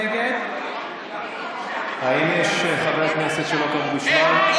נגד האם יש חברי כנסת שלא קראו בשמם?